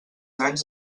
anys